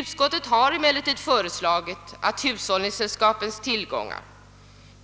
Utskottet har emellertid föreslagit att hushållningssällskapens tillgångar